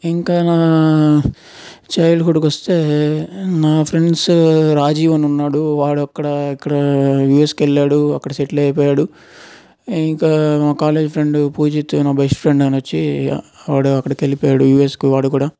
ఇంకా నా నా చైల్డ్హుడ్కు వస్తే నా ఫ్రెండ్స్ రాజీవ్ అని ఉన్నాడు వాడు అక్కడ ఎక్కడ యుఎస్కి వెళ్లాడు అక్కడ సెటిల్ అయిపోయాడు ఇంకా కాలేజీ ఫ్రెండ్ పూజిత్ నా బెస్ట్ ఫ్రెండ్ వచ్చి వాడు అక్కడికి వెళ్లిపోయాడు యూఎస్కి వాడు కూడా